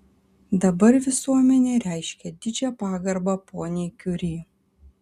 dabar visuomenė reiškia didžią pagarbą poniai kiuri